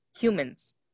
humans